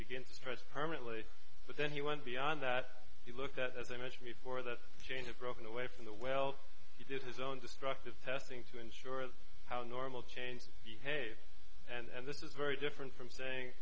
begin to press permanently but then he went beyond that he looked at as i mentioned before the change of broken away from the well he did his own destructive testing to ensure how normal changes behave and this is very different from saying